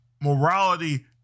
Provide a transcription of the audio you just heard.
morality